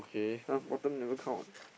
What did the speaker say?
last bottom never count ah